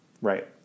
Right